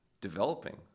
developing